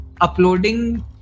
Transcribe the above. uploading